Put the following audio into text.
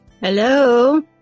Hello